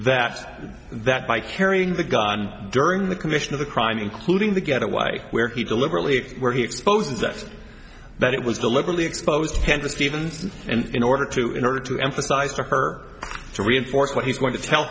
that that by carrying the gun during the commission of the crime including the getaway where he deliberately where he exposes that that it was deliberately exposed and to stevens and in order to in order to emphasize to her to reinforce what he's going to tell